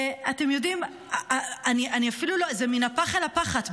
אתם יודעים, זה מן הפח אל הפחת.